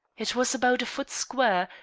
it was about a foot square,